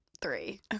three